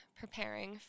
preparing